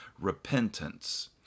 repentance